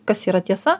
kas yra tiesa